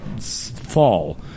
fall